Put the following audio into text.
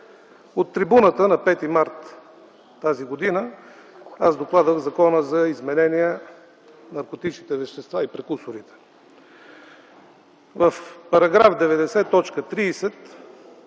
От трибуната на 5 март т.г. аз докладвах Закона за изменение на наркотичните вещества и прекурсорите. В § 90,